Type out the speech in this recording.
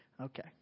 Okay